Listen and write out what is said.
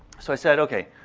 so i said, okay,